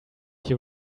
you